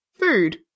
food